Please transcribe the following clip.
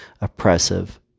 oppressive